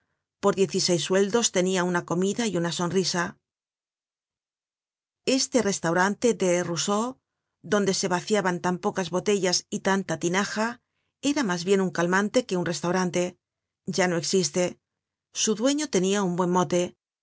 por diez y seis sueldos tenia una comida y una sonrisa content from google book search generated at este restaurant de rousseau donde se vaciaban tan pocas botellas y tantas tinajas era mas bien un calmante que un restaurante ya no existe su dueño tenia un buen mote